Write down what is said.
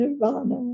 nirvana